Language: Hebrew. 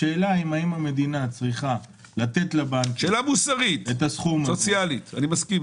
השאלה היא האם המדינה צריכה לתת לבנקים את הסכום הזה?